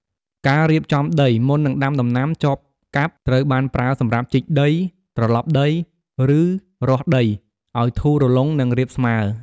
ការៀបចំដី មុននឹងដាំដំណាំ ចបកាប់ត្រូវបានប្រើសម្រាប់ ជីកដី ត្រឡប់ដី ឬ រាស់ដី ឱ្យធូររលុង និងរាបស្មើ។